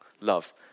love